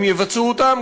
אם יבצעו אותן,